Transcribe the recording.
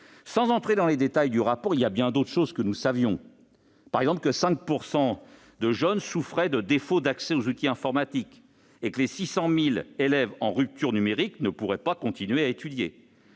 Sans entrer dans les détails du rapport, nous y trouvons bien d'autres choses que nous savions déjà, notamment que 5 % des jeunes souffraient de défaut d'accès aux outils informatiques et que les 600 000 élèves en rupture numérique ne pourraient pas continuer à étudier.